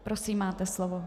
Prosím, máte slovo.